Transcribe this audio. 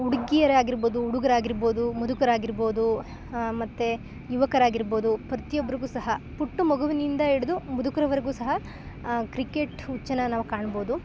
ಹುಡ್ಗಿಯರಾಗಿರ್ಬೌದು ಹುಡುಗ್ರಾಗಿರ್ಬೌದು ಮುದುಕರಾಗಿರ್ಬೌದು ಮತ್ತು ಯುವಕರಾಗಿರ್ಬೌದು ಪ್ರತಿಯೊಬ್ರಿಗೂ ಸಹ ಪುಟ್ಟ ಮಗುವಿನಿಂದ ಹಿಡಿದು ಮುದುಕರವರ್ಗು ಸಹ ಕ್ರಿಕೆಟ್ ಹುಚ್ಚನ್ನ ನಾವು ಕಾಣ್ಬೌದು